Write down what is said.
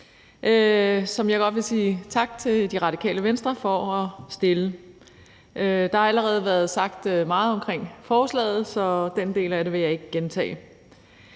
som jeg godt vil sige tak til Radikale Venstre for at fremsætte. Der har allerede været sagt meget omkring forslaget, så den del af det vil jeg ikke gentage.